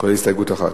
הסתייגות אחת.